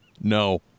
No